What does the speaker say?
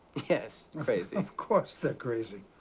yes, crazy. of course they are crazy.